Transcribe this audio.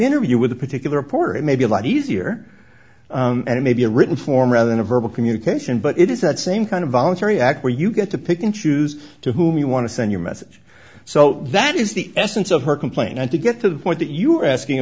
interview with a particular reporter it may be a lot easier and it may be a written form rather than a verbal communication but it is that same kind of voluntary act where you get to pick and choose to whom you want to send your message so that is the essence of her complaint and to get to the point that you are asking